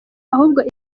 ahubwo